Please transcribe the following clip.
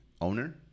owner